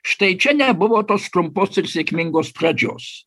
štai čia nebuvo tos trumpos ir sėkmingos pradžios